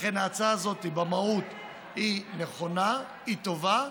לכן, ההצעה הזאת במהות היא נכונה, היא טובה.